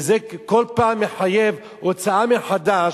וזה כל פעם מחייב הוצאה מחדש,